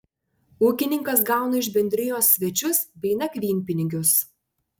ūkininkas gauna iš bendrijos svečius bei nakvynpinigius